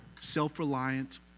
Self-reliant